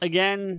Again